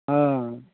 हाँ